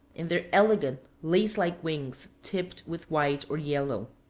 and their elegant lace-like wings tipped with white or yellow.